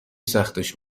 سختش